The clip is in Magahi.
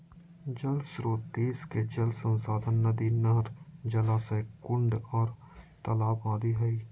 जल श्रोत देश के जल संसाधन नदी, नहर, जलाशय, कुंड आर तालाब आदि हई